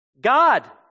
God